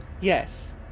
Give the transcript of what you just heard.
Yes